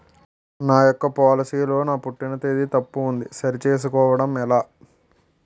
నా యెక్క పోలసీ లో నా పుట్టిన తేదీ తప్పు ఉంది సరి చేసుకోవడం ఎలా?